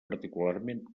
particularment